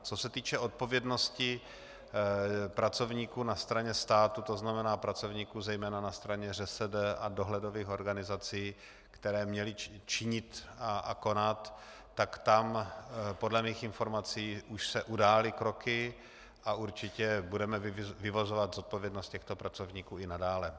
Co se týče odpovědnosti pracovníků na straně státu, to znamená pracovníků zejména na straně ŘSD a dohledových organizací, kteří měli činit a konat, tak tam podle mých informací už se udály kroky a určitě budeme vyvozovat zodpovědnost těchto pracovníků i nadále.